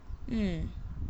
mm